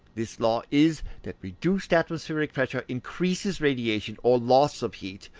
this law is, that reduced atmospheric pressure increases radiation, or loss of heat,